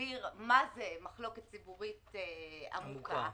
להסביר מה זה מחלוקת ציבורית עמוקה,